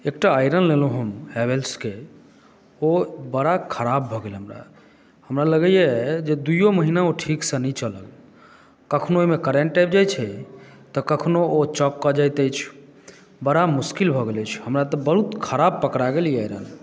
एकटा आयरन लेलहुँ हम हैवेल्स केँ ओ बड़ा खराब भऽ गेल हमरा हमरा लगैया दूइयो महिना ओ ठीक सॅं नहि चलल कखनो ओहिमे करन्ट आबि जाइत छै तऽ कखनो ओ चॉक कऽ जाइत अछि बड़ा मुश्किल भऽ गेल अछि हमरा तऽ बहुत खराब पकड़ा गेल ई आयरन